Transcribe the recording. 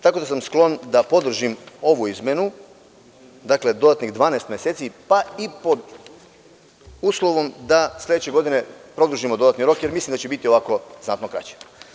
Tako da, sklon sam da podržim ovu izmenu, dodatnih 12 meseci, pa i pod uslovom da sledeće godine produžimo dodatni rok, jer mislim da će biti ovako znatno kraće.